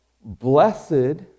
blessed